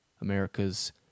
America's